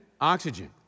oxygen